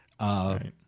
Right